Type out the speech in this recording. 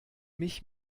mich